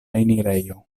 enirejo